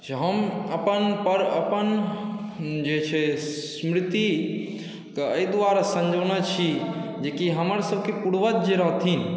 जी हम अपन पर अपन जे छै से स्मृतिके एहि दुआरे सँजौने छी जेकि हमरसबके पूर्वज जे रहथिन